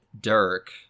Dirk